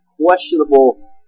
questionable